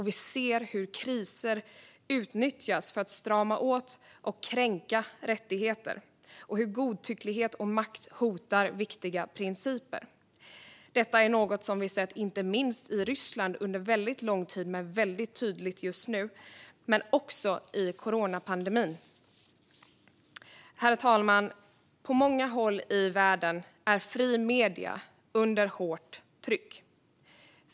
Vi ser hur kriser utnyttjas för att strama åt och kränka rättigheter och hur godtycklighet och makt hotar viktiga principer. Detta är något som vi sett inte minst i Ryssland under väldigt lång tid - särskilt tydligt just nu - men också under coronapandemin. Herr talman! På många håll i världen är fria medier under hårt tryck.